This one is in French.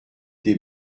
des